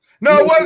No